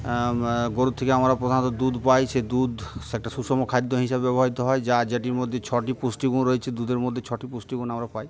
গরুর থেকে আমরা প্রধানত দুধ পাই সেই দুধ সে একটা সুষম খাদ্য হিসাবে ব্যবহৃত হয় যা যেটির মধ্যে ছটি পুষ্টিগুণ রয়েছে দুধের মধ্যে ছটি পুষ্টিগুণ আমরা পাই